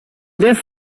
this